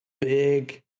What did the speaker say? big